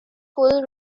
full